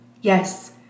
yes